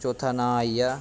चौथा नांऽ आई गेआ